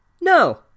No